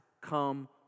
come